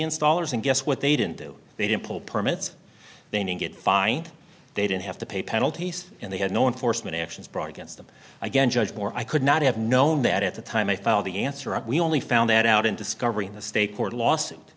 installers and guess what they didn't do they didn't pull permits they may get fined they didn't have to pay penalties and they had no enforcement actions brought against them again judge more i could not have known that at the time i found the answer up we only found out in discovery in the state court lawsuit